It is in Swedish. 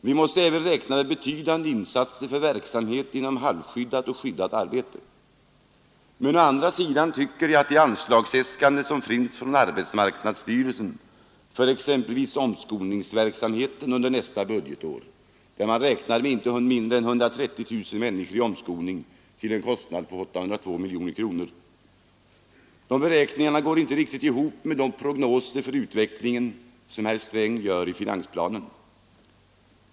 Vi måste även räkna med betydande insatser för verksamhet inom halvskyddat och skyddat arbete, men å andra sidan tycker jag att de anslagsäskanden som finns från arbetsmarknadsstyrelsen för omskolningsverksamhet under nästa budgetår, där man räknar med inte mindre än 130 000 människor i omskolning till en kostnad av 802 miljoner kronor, inte går riktigt ihop med de prognoser för utvecklingen som herr Sträng gör i finansplanen.